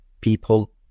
people